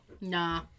Nah